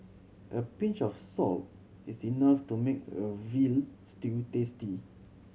a pinch of salt is enough to make a veal stew tasty